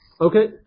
Okay